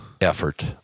effort